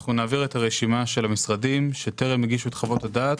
אנחנו נעביר את הרשימה של המשרדים שטרם הגישו את חוות הדעת,